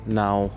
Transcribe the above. now